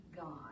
God